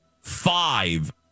five